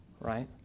right